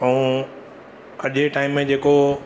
ऐं खजे टाइम जेको